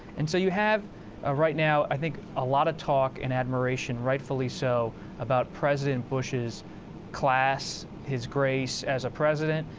and so you have ah right now, i think a lot of talk and admiration rightfully so about president bush's class, he's grace as a president.